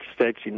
States